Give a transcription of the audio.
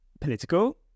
political